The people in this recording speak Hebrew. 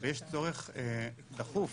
ויש צורך דחוף